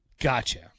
Gotcha